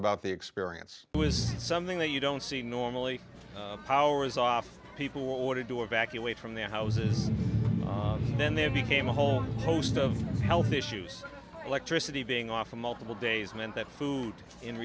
about the experience was something that you don't see normally powers off people wanted to evacuate from their houses then they became a whole host of health issues electricity being off for multiple days meant that food in